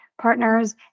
partners